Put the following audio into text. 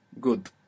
Good